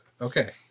Okay